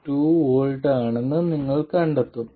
72 V ആണെന്ന് നിങ്ങൾ കണ്ടെത്തും